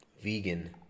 vegan